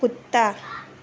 कुत्ता